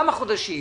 כמה חודשים